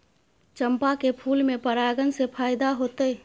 चंपा के फूल में परागण से फायदा होतय?